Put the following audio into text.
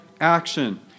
action